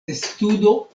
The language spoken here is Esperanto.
testudo